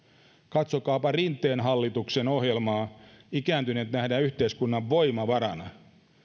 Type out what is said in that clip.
katsokaapa rinteen hallituksen ohjelmaa ikääntyneet nähdään yhteiskunnan voimavarana